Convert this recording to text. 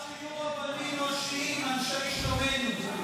העיקר שיהיו רבנים ראשיים אנשי שלומנו.